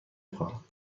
خواهم